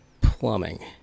plumbing